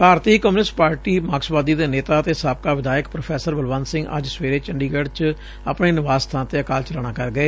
ਭਾਰਤੀ communist party ਮਾਰਕਸਵਾਦੀ ਦੇ ਨੇਤਾ ਅਤੇ ਸਾਬਕਾ ਵਿਧਾਇਕ ਪ੍ਰੋਫੈਸਰ ਬਲਵੰਤ ਸਿੰਘ ਅੱਜ ਸਵੇਰੇ ਚੰਡੀਗੜ ਚ ਆਪਣੇ ਨਿਵਾਸ ਤੇ ਅਕਾਲ ਚਲਾਣਾ ਕਰ ਗਏ